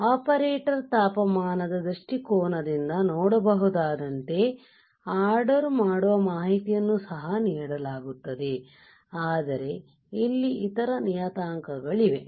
ಆದ್ದರಿಂದ ಆಪರೇಟರ್ ತಾಪಮಾನ ದ ದೃಷ್ಟಿಕೋನದಿಂದ ನೋಡಬಹುದಾದಂತೆ ಆರ್ಡರ್ ಮಾಡುವ ಮಾಹಿತಿಯನ್ನು ಸಹ ನೀಡಲಾಗುತ್ತದೆ ಆದರೇ ಇಲ್ಲಿ ಇತರ ನಿಯತಾಂಕಗಳಿವೆ